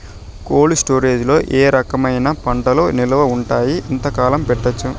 Cold storage లో ఏ రకమైన పంటలు నిలువ ఉంటాయి, ఎంతకాలం పెట్టొచ్చు?